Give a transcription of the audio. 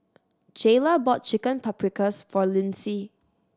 Jayla bought Chicken Paprikas for Lyndsey